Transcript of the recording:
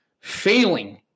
failing